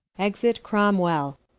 exit cromwell.